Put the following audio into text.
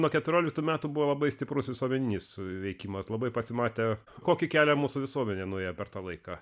nuo keturioliktų metų buvo labai stiprus visuomeninis veikimas labai pasimatė kokį kelią mūsų visuomenė nuėjo per tą laiką